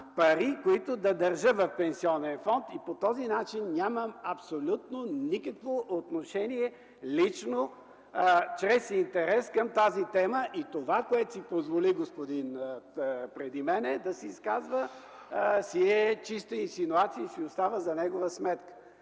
които да държа в пенсионен фонд. И по този начин нямам абсолютно никакво отношение – лично, чрез интерес към тази тема. Това, което си позволи да изкаже господинът преди мен, е чиста инсинуация и си остава за негова сметка.